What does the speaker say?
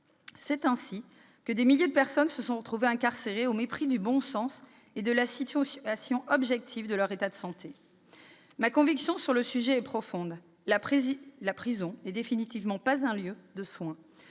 C'est ainsi que des milliers de personnes se sont retrouvées incarcérées, au mépris du bon sens et de la situation objective de leur état de santé. Ma conviction sur le sujet est profonde : la prison n'est définitivement pas un lieu de soins.